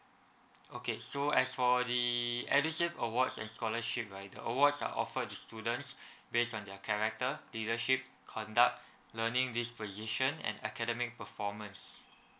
okay so as for the edusave awards and scholarship right the awards are offered to students based on their character leadership conduct learning disposition and academic performance